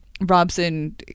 Robson